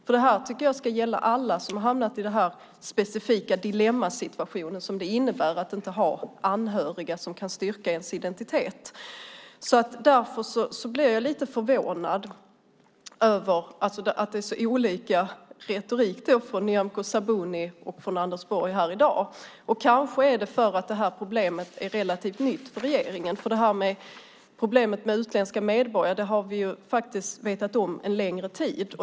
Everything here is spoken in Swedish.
Jag tycker att detta ska gälla alla som har hamnat i det speciella dilemma det innebär att inte ha anhöriga som kan styrka att ens identitet. Jag blir lite förvånad över att det är så olika retorik från Sabuni och från Anders Borg här i dag. Kanske är det för att problemet är relativt nytt för regeringen. Problemet med utländska medborgare har vi vetat om en längre tid.